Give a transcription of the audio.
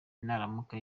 naramuka